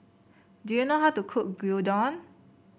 do you know how to cook Gyudon